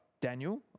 Daniel